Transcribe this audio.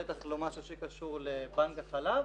בטח לא משהו שקשור לבנק החלב,